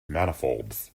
manifolds